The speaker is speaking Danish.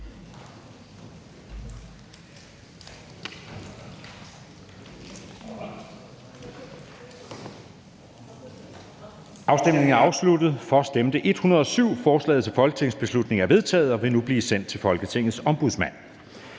hverken for eller imod stemte 0. Forslaget til folketingsbeslutning er vedtaget og vil blive sendt til Folketingets Ombudsmand.